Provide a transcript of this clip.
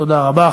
תודה רבה.